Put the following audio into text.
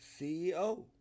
CEO